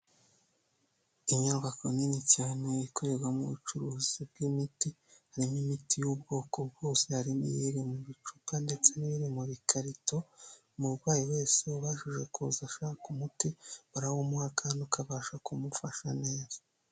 Inyubako nini cyane ikorerwa mu bucuruzi bw'imiti, harimo imiti y'ubwoko bwose hari n'iyiri mu bicupa ndetse n'iri mu bikarito umurwayi wese ubashije kuza ashaka umuti barawumuha kandi ukabasha kumufasha neza.